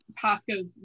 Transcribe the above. Pasco's